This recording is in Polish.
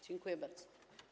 Dziękuję bardzo.